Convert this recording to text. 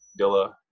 Dilla